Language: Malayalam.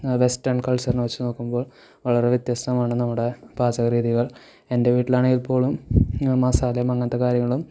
വെസ്റ്റേൺ കൾച്ചറിനെ വച്ചുനോക്കുമ്പോള് വളരെ വ്യത്യസ്തമാണ് നമ്മുടെ പാചക രീതികൾ എൻ്റെ വീട്ടിലാണെങ്കിൽ ഇപ്പോഴും മസാലയും അങ്ങനത്തെ കാര്യങ്ങളും